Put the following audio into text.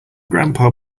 grandpa